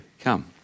come